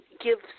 gives